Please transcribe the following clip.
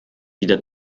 wieder